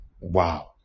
wow